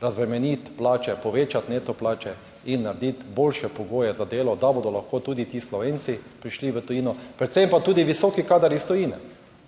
razbremeniti plače, povečati neto plače in narediti boljše pogoje za delo, da bodo lahko tudi ti Slovenci prišli v tujino. Predvsem pa tudi visoki kadri iz tujine.